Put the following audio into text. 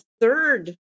third